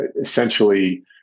essentially